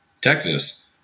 Texas